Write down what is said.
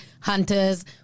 Hunters